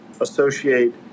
associate